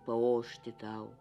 paošti tau